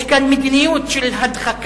יש כאן מדיניות של הדחקה,